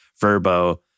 Verbo